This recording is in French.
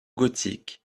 gothique